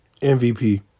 MVP